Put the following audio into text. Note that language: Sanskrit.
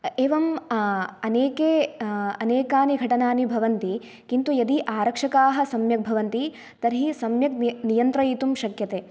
एवम् अनेके अनेकानि घटनानि भवन्ति किन्तु यदि आरक्षकाः सम्यक् भवन्ति तर्हि सम्यक् नियन्त्रयितुं शक्यते